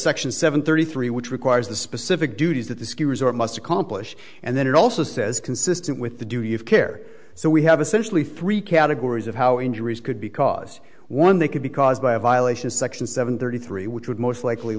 section seven thirty three which requires the specific duties that the ski resort must accomplish and then it also says consistent with the duty of care so we have essentially three categories of how injuries could because one they could be caused by a violation of section seven thirty three which would most likely